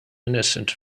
innocent